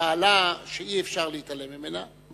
ממעלה שאי-אפשר להתעלם ממנה,